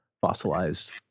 fossilized